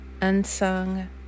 unsung